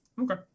Okay